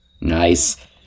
Nice